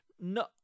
No